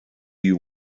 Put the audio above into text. you